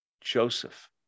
Joseph